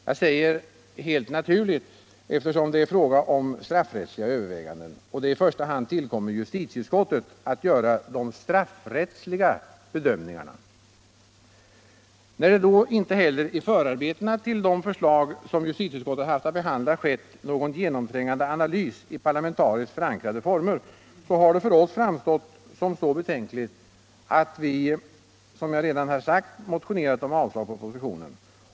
Jag säger helt naturligt, eftersom det är fråga om straffrättsliga överväganden, och det i första hand tillkommar justitieutskottet att göra de straffrättsliga bedömningarna. När det då inte heller i förarbetena till de förslag som justitieutskottet haft att behandla skett någon genomträngande analys i parlamentariskt förankrade former har det för oss framstått som så betänkligt att vi — som jag redan sagt — har motionerat om avslag på propositionen.